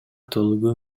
толугу